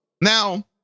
Now